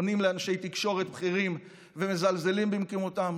ופונים לאנשי תקשורת בכירים, ומזלזלים במקומותיהם.